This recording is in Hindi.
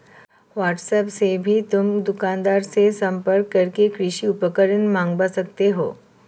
व्हाट्सएप से भी तुम दुकानदार से संपर्क करके कृषि उपकरण मँगवा सकते हो